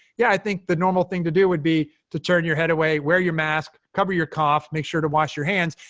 yeah, i think the normal thing to do would be to turn your head away, wear your mask, cover your cough, make sure to wash your hands,